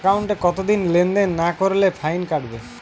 একাউন্টে কতদিন লেনদেন না করলে ফাইন কাটবে?